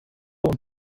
und